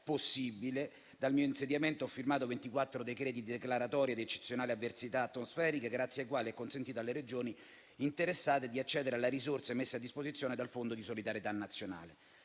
possibile. Dal mio insediamento ho firmato 24 decreti di declaratoria di eccezionali avversità atmosferiche, grazie ai quali ho consentito alle Regioni interessate di accedere alle risorse messe a disposizione dal Fondo di solidarietà nazionale.